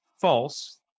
false